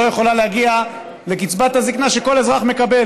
יכולה להגיע לקצבת הזקנה שכל אזרח מקבל.